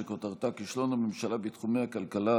שכותרתה: כישלון הממשלה בתחומי הכלכלה,